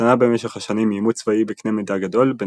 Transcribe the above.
השתנה במשך השנים מעימות צבאי בקנה מידה גדול בין